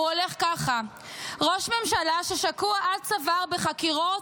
הוא הולך ככה: "ראש ממשלה ששקוע עד צוואר בחקירות,